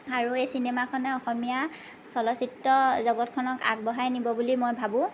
আৰু এই চিনেমাখনে অসমীয়া চলচিত্ৰ জগতখনক আগবঢ়াই নিব বুলি মই ভাবোঁ